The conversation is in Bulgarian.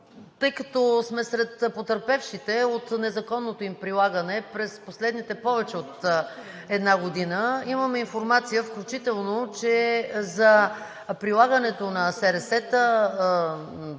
Тъй като сме сред потърпевшите от незаконното им прилагане през последните повече от една година, имам информация, включително, че за прилагането на СРС-та,